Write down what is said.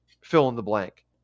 fill-in-the-blank